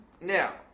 Now